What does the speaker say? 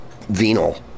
venal